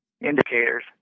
indicators